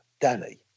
Danny